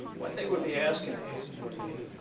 what they would be asking me would be,